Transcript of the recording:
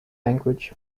language